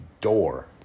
door